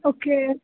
okay